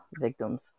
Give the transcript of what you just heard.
victims